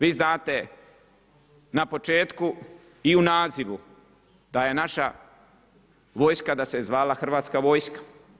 Vi znate na početku i u nazivu da je naša vojska da se zvala Hrvatska vojska.